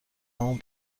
همون